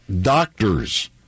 doctors